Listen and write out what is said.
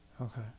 Okay